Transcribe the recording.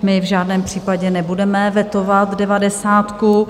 My v žádném případě nebudeme vetovat devadesátku.